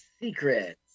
Secrets